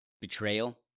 betrayal